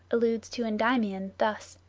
alludes to endymion thus.